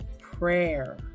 prayer